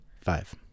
Five